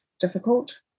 difficult